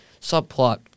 subplot